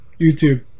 YouTube